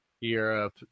Europe